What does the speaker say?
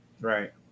right